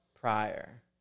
prior